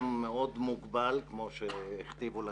גם מאוד מוגבל כפי שהכתיבו לך.